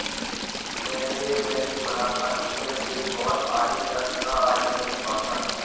मेने ये मैगज़ीन पढ़ा था जिसमे बिग फॉर ऑडिटर्स का आर्टिकल छपा था